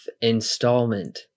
installment